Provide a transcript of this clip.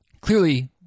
clearly